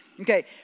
Okay